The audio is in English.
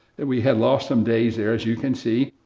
we had lost some days there, as you can see,